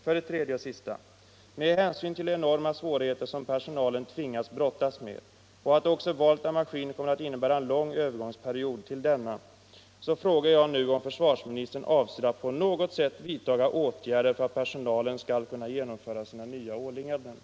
För det tredje och sista: Med hänsyn till de enorma svårigheter som personalen haft att brottas med, och då även valet av maskin kommer att innebära en lång övergångsperiod till denna, frågar jag nu om försvarsministern avser att på något sätt vidta åtgärder för att personalen skall kunna genomföra sina nya åligganden.